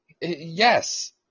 yes